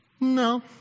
no